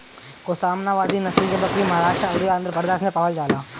ओस्मानावादी नसल के बकरी महाराष्ट्र अउरी आंध्रप्रदेश में पावल जाले